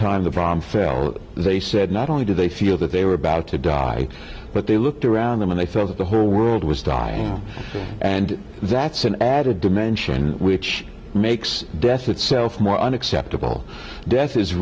time the prom fell they said not only did they feel that they were about to die but they looked around them and they felt that the whole world was dying and that's an added dimension which makes death itself more unacceptable death is